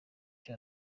cya